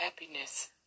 Happiness